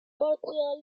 partially